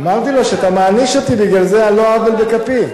אמרתי לו שאתה מעניש אותי בגלל זה על לא עוול בכפי.